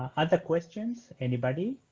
other questions, anybody?